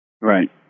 Right